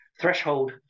threshold